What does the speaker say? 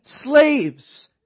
slaves